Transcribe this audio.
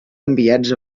enviats